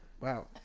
wow